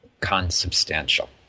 consubstantial